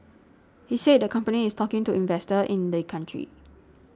he said the company is talking to investors in the country